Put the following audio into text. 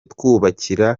twubakira